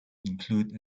include